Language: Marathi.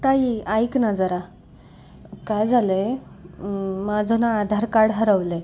ताई ऐक ना जरा काय झालंय माझं ना आधार कार्ड हरवले